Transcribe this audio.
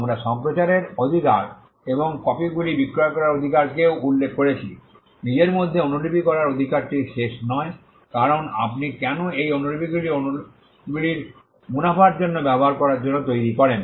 আমরা সম্প্রচারের অধিকার এবং কপিগুলি বিক্রয় করার অধিকারকেও উল্লেখ করেছি নিজের মধ্যে অনুলিপি করার অধিকারটি শেষ নয় কারণ আপনি কেন এই অনুলিপিগুলি অনুলিপিগুলি মুনাফার জন্য ব্যবহার করার জন্য তৈরি করেন